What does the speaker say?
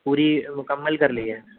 پوری مکمل کر لی ہے